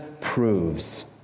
proves